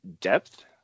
depth